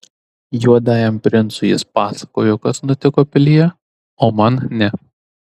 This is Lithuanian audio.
juodajam princui jis pasakojo kas nutiko pilyje o man ne